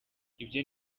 ibyo